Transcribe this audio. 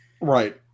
Right